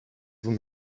vous